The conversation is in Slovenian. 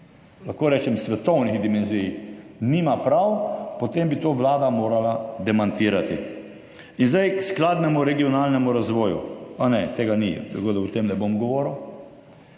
lahko rečem svetovnih dimenzij, nima prav, potem bi to Vlada morala demantirati. In zdaj k skladnemu regionalnemu razvoju. Aha, ne, tega ni, tako da o tem ne bom govoril.